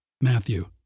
Matthew